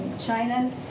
China